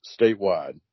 statewide